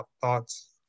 thoughts